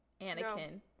Anakin